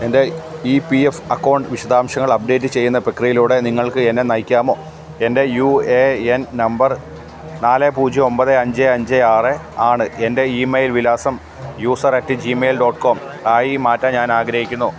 എൻ്റെ E P F account വിശദാംശങ്ങൾ update ചെയ്യുന്ന പ്രക്രിയയിലൂടെ നിങ്ങൾക്ക് എന്നെ നയിക്കാമോ എൻ്റെ യു എ എൻ നമ്പർ നാല് പൂജ്യം ഒമ്പത് അഞ്ച് അഞ്ച് ആറ് ആണ് എൻ്റെ ഇമെയിൽ വിലാസം user at gmail dot com ആയി മാറ്റാൻ ഞാൻ ആഗ്രഹിക്കുന്നു